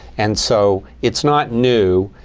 and so it's not new.